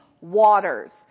waters